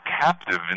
captive